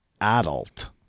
adult